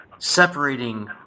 separating